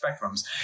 spectrums